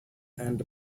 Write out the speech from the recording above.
and